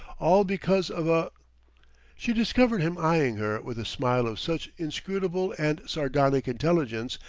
all because of a she discovered him eying her with a smile of such inscrutable and sardonic intelligence,